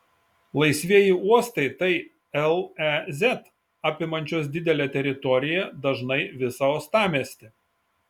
laisvieji uostai tai lez apimančios didelę teritoriją dažnai visą uostamiestį